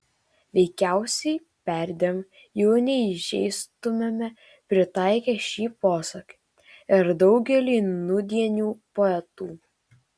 veikiausiai perdėm jų neįžeistumėme pritaikę šį posakį ir daugeliui nūdienių poetų